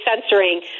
censoring